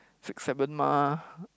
six seven mah